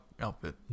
outfit